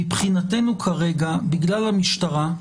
מבחינתנו כרגע, בגלל המשטרה,